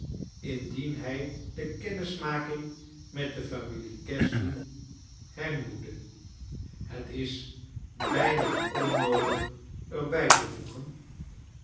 mdien hij de kennismaking met de familie casby hernieuwde het is bqna onnoodig er bij te voegen